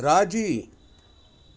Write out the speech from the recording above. राज़ी